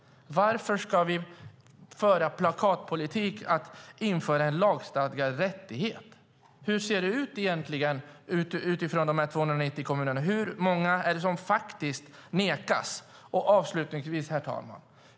Varför ska vi föra en plakatpolitik om att införa en lagstadgad rättighet? Hur ser det egentligen ut i de 290 kommunerna? Hur många är det som faktiskt nekas? Herr talman!